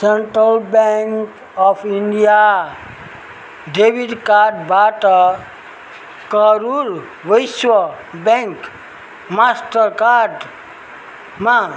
central bank of India debit कार्डबाट Karur Vysya bank मास्टरकार्डमा